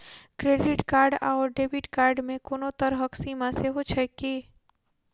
Credit card आओर debit card मे कोनो तरहक सीमा सेहो छैक की?